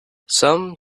some